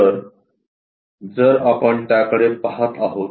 तर जर आपण त्याकडे पहात आहोत